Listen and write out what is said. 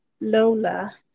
Lola